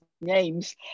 names